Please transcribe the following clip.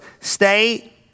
Stay